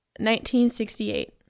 1968